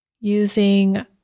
using